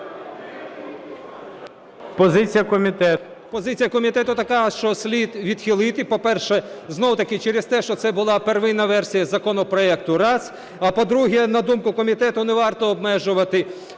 Позиція комітету така, що слід відхилити, по-перше, знову таки, через те, що це була первина версія законопроекту – раз. А, по-друге, на думку комітету, не варто обмежувати,